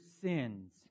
sins